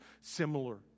similar